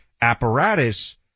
Apparatus